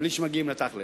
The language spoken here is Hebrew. בלי שמגיעים לתכל'ס.